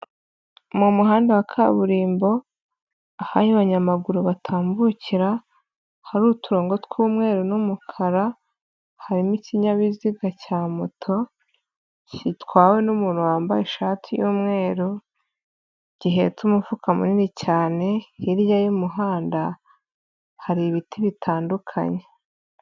Mu muhanda wa kaburimbo, aho abanyamaguru batambukira, hari uturongo tw'umweru n'umukara, harimo ikinyabiziga cya moto, gitwawe n'umuntu wambaye ishati y'umweru, gihetse umufuka munini cyane, hirya y'umuhanda hari ibiti bitandukanye.